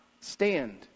stand